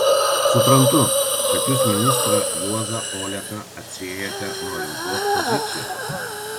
suprantu kad jūs ministrą juozą oleką atsiejate nuo rimtos pozicijos